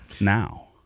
now